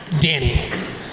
Danny